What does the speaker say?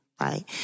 right